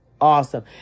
awesome